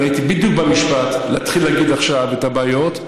אני הייתי בדיוק במשפט להתחיל להגיד עכשיו את הבעיות,